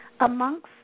amongst